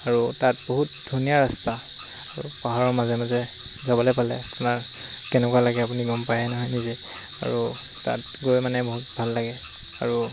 আৰু তাত বহুত ধুনীয়া ৰাস্তা আৰু পাহাৰৰ মাজে মাজে যাবলৈ পালে আপোনাৰ কেনেকুৱা লাগে আপুনি গম পায়ে নহয় নিজে আৰু তাত গৈ মানে বহুত ভাল লাগে আৰু